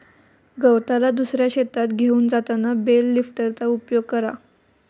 गवताला दुसऱ्या शेतात घेऊन जाताना बेल लिफ्टरचा उपयोग करा